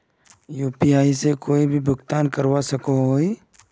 UPI से कोई भी भुगतान करवा सकोहो ही?